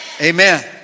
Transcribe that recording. Amen